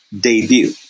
debut